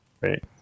right